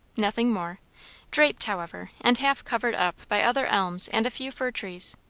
nothing more draped, however, and half covered up by other elms and a few fir trees.